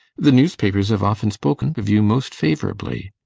the newspapers have often spoken of you, most favourably.